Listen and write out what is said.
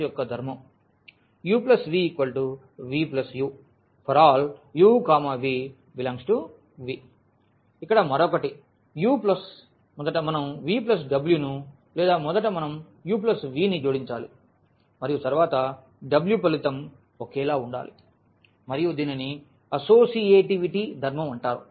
u v v u ∀ u v∈V ఇక్కడ మరొకటి u plus మొదట మనం v w ను లేదా మొదట మనం ఈ u v ని జోడించాలి మరియు తరువాత w ఫలితం ఒకేలా ఉండాలి మరియు దీనిని అసోసియేటివిటీ ధర్మం అంటారు